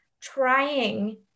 trying